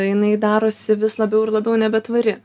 jinai darosi vis labiau ir labiau nebetvari